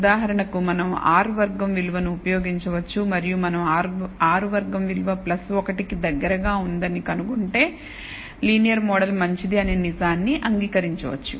ఉదాహరణకుమనం r వర్గం విలువను ఉపయోగించవచ్చు మరియు మనం r వర్గం విలువ 1 కి దగ్గరగా ఉందని కనుగొంటే లీనియర్ మోడల్ మంచిది అనే నిజాన్ని అంగీకరించవచ్చు